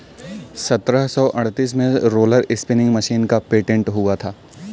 सत्रह सौ अड़तीस में रोलर स्पीनिंग मशीन का पेटेंट हुआ था